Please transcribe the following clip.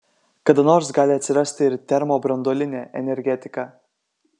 kada nors gali atsirasti ir termobranduolinė energetika